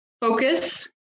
focus